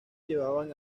llevaban